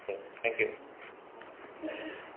Day thank you